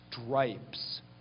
stripes